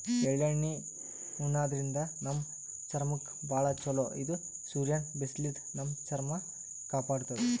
ಎಳ್ಳಣ್ಣಿ ಉಣಾದ್ರಿನ್ದ ನಮ್ ಚರ್ಮಕ್ಕ್ ಭಾಳ್ ಛಲೋ ಇದು ಸೂರ್ಯನ್ ಬಿಸ್ಲಿನ್ದ್ ನಮ್ ಚರ್ಮ ಕಾಪಾಡತದ್